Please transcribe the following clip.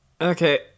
okay